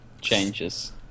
changes